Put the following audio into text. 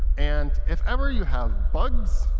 and if ever you have bugs,